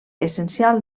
essencial